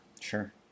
sure